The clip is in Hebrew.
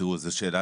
זו שאלה